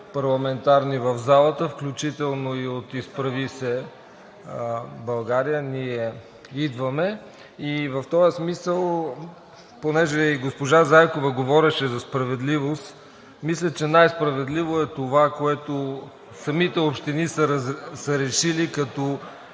парламентарни групи в залата, включително и от „Изправи се БГ! Ние идваме!“. В този смисъл, понеже и госпожа Зайкова говореше за справедливост, мисля, че най-справедливо е това, което самите общини са решили като